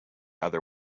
other